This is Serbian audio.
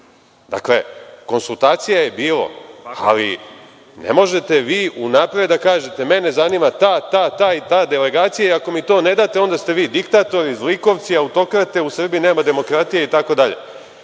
to. Dakle, konsultacija je bilo, ali ne možete vi unapred da kažete – mene zanima ta, ta i ta delegacija i ako mi to ne date onda ste vi diktatori, zlikovci, autokrate, u Srbiji nema demokratije itd.